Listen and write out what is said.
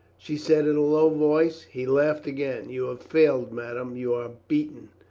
she said in a low voice. he laughed again. you have failed, madame. you are beaten.